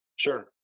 Sure